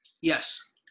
yes